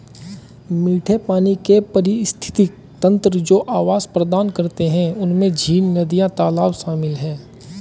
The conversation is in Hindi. मीठे पानी के पारिस्थितिक तंत्र जो आवास प्रदान करते हैं उनमें झीलें, नदियाँ, तालाब शामिल हैं